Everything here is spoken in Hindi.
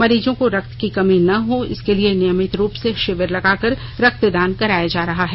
मरीजों को रक्त की कमी न हो इसके लिए नियमित रूप से शिविर लगाकर रक्तदान कराया जा रहा है